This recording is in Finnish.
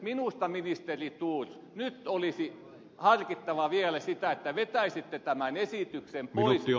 minusta ministeri thors nyt olisi harkittava vielä sitä että vetäisitte tämän esityksen pois